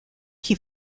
qui